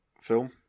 film